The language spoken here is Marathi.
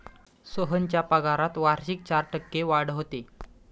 सोहनच्या पगारात वार्षिक चार टक्के वाढ होते